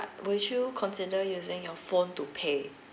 would you consider using your phone to pay